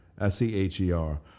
S-E-H-E-R